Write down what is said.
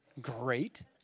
Great